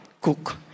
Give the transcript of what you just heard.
cook